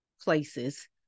places